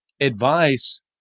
advice